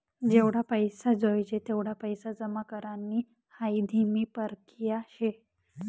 जेवढा पैसा जोयजे तेवढा पैसा जमा करानी हाई धीमी परकिया शे